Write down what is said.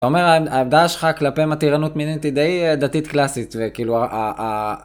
זאת אומרת העמדה שלך כלפי מתירנות מינית היא די דתית קלאסית וכאילו אה אה אה